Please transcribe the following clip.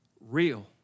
real